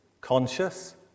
conscious